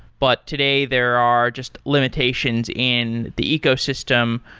but today there are just limitations in the ecosystem,